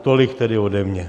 Tolik tedy ode mě.